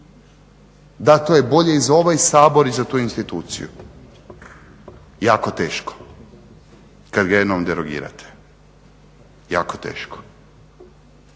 da to je bolje i za ovaj sabor i za tu instituciju, jako teško kad ga jednom derogirate, jako teško.